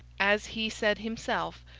as he said himself,